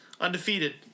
Undefeated